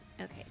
Okay